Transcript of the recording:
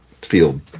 field